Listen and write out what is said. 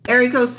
Erico